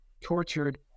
tortured